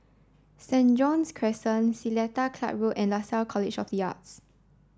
Saint John's Crescent Seletar Club Road and Lasalle College of the Arts